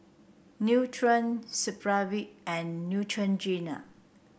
Nutren Supravit and Neutrogena